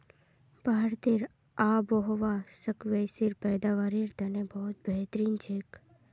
भारतेर आबोहवा स्क्वैशेर पैदावारेर तने बहुत बेहतरीन छेक